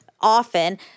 often